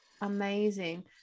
amazing